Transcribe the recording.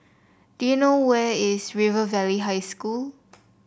do you know where is River Valley High School